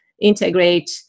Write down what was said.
integrate